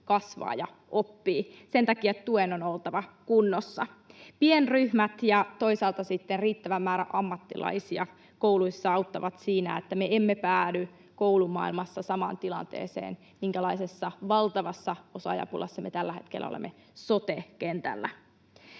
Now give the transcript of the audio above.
kasvaa ja oppii.” Sen takia tuen on oltava kunnossa. Pienryhmät ja toisaalta sitten riittävä määrä ammattilaisia kouluissa auttavat siinä, että me emme päädy koulumaailmassa samaan tilanteeseen, minkälaisessa valtavassa osaajapulassa me tällä hetkellä olemme sote-kentällä.